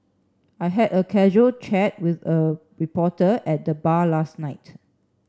I had a casual chat with a reporter at the bar last night